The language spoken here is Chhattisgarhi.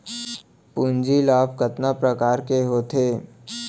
पूंजी लाभ कतना प्रकार के होथे?